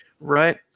Right